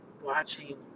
watching